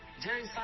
Jerry